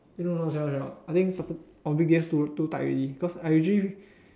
no no no cannot cannot I think satur~ on weekdays too too tight already because I usually